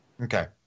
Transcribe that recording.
Okay